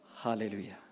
hallelujah